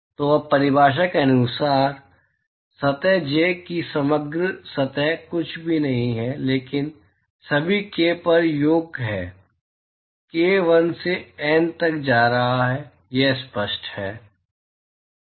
तो अब परिभाषा के अनुसार सतह j की समग्र सतह कुछ भी नहीं है लेकिन सभी k पर योग है k 1 से n तक जा रहा है यह स्पष्ट है